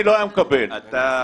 היא טעות,